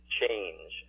change